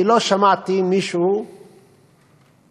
אני לא שמעתי מישהו בכנסת,